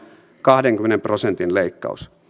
kahdenkymmenen prosentin leikkaus